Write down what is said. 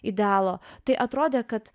idealo tai atrodė kad